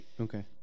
Okay